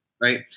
Right